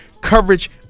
coverage